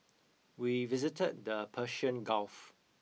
we visited the Persian Gulf